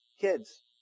Kids